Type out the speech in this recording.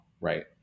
right